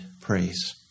praise